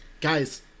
guys